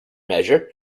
measure